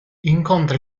incontra